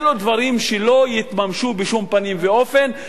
אלו דברים שלא יתממשו בשום פנים ואופן,